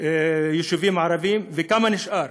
וכמה נשארו: